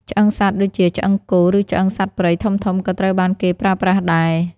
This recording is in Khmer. ឆ្អឹងសត្វដូចជាឆ្អឹងគោ ឬឆ្អឹងសត្វព្រៃធំៗក៏ត្រូវបានគេប្រើប្រាស់ដែរ។